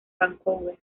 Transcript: vancouver